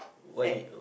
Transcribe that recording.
why